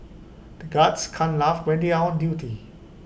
the guards can't laugh when they are on duty